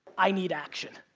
i need action.